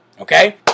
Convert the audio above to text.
Okay